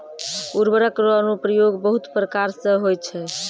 उर्वरक रो अनुप्रयोग बहुत प्रकार से होय छै